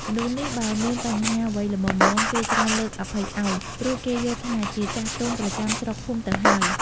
មនុស្សនេះបើមានបញ្ហាអ្វីល្មមៗ គេច្រើនលើកអភ័យឲ្យ ព្រោះគេយល់ថា ជាចាស់ទុំប្រចាំស្រុកភូមិទៅហើយ ។